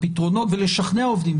פתרונות ולשכנע עובדים.